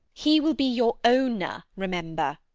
he will be your owner, remember.